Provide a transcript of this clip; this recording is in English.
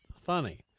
funny